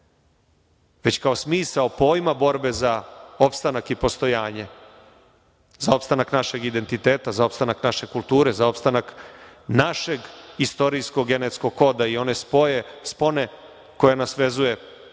već kao smisao pojma borbe za opstanak i postojanje, za opstanak našeg identiteta, za opstanak naše kulture, za opstanak našeg istorijskog genetskog koda i one spone koja nas vezuje neraskidivo